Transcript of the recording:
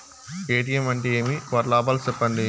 ATM అంటే ఏమి? వాటి లాభాలు సెప్పండి